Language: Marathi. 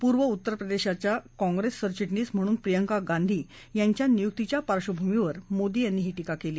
पूर्व उत्तर प्रदेशाच्या काँग्रेस सरचिटणीस म्हणून प्रियंका गांधी यांच्या नियुक्तीच्या पार्श्वभूमीवर मोदी यांनी ही टीका केली